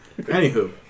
Anywho